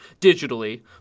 digitally